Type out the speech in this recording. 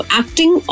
acting